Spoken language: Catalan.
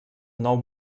nou